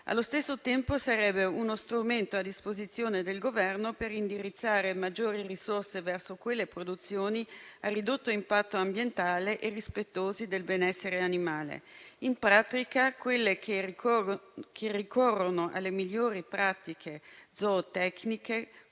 Allo stesso tempo, sarebbe uno strumento a disposizione del Governo per indirizzare maggiori risorse verso quelle produzioni a ridotto impatto ambientale e rispettose del benessere animale; in pratica, quelle che ricorrono alle migliori pratiche zootecniche,